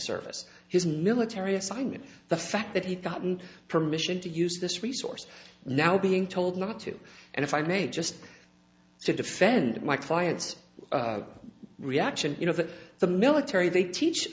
service his military assignment the fact that he's gotten permission to use this resource now being told not to and if i may just to defend my client's reaction you know that the military they teach